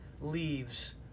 leaves